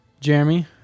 jeremy